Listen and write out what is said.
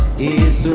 is